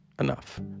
Enough